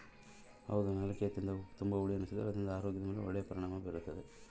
ನೆಲ್ಲಿಕಾಯಿ ತಿಂದಾಗ ತುಂಬಾ ಹುಳಿ ಎನಿಸಿದರೂ ಅದರಿಂದ ಆರೋಗ್ಯದ ಮೇಲೆ ಒಳ್ಳೆಯ ಪರಿಣಾಮವಾಗುತ್ತದೆ